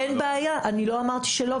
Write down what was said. אין בעיה, אני לא אמרתי שלא.